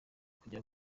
kujya